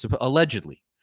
allegedly